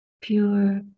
pure